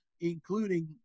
including